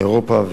מאירופה,